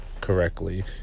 correctly